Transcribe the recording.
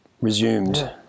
Resumed